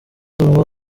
tugomba